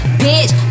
bitch